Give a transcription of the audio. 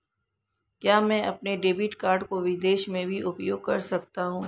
क्या मैं अपने डेबिट कार्ड को विदेश में भी उपयोग कर सकता हूं?